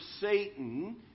Satan